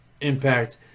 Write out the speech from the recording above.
Impact